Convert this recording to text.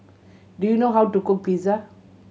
do you know how to cook Pizza